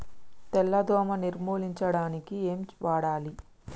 తెల్ల దోమ నిర్ములించడానికి ఏం వాడాలి?